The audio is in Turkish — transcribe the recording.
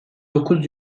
dokuz